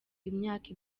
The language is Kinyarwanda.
imyaka